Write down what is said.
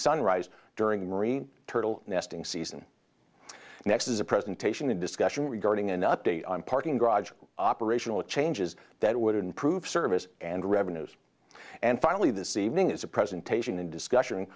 sunrise during the marine turtle nesting season next is a presentation a discussion regarding an update on parking garage operational changes that would improve service and revenues and finally this evening is a presentation and discussion